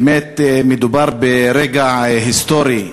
באמת מדובר ברגע היסטורי.